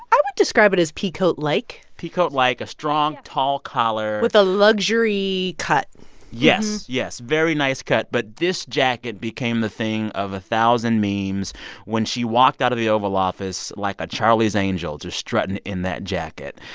i describe it as peacoat-like peacoat-like, a strong, tall collar with a luxury cut yes. yes. very nice cut. but this jacket became the thing of a thousand memes when she walked out of the oval office like a charlie's angel just strutting in that jacket.